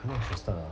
not interested lah